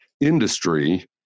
industry